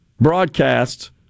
broadcasts